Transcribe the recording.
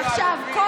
עכשיו כל